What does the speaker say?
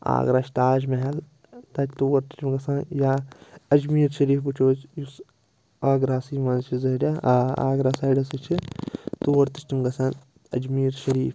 آگرہ چھُ تاج محل تَتہِ تور تہِ چھِ تِم گژھان یا اجمیٖر شریٖف وُچھو أسۍ یُس آگراہسٕے منٛز چھُ زٔہریٛا آ آگرہ سایڈَسٕے چھِ تور تہِ چھِ تِم گژھان اجمیٖر شریٖف